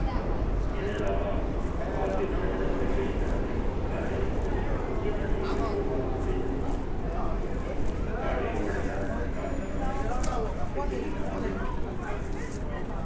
एह्दे इलावा होर दिक्खेआ जा ते केंई तरां दे काह्ड़े बिच्च जेह्ड़ियां चीजां इस्तेमाल कीतियां जंदियां न काह्ड़े बी बड़ी तरां दे नै काह्ड़े बी बनाए नै खिचड़ी बनाई ऐ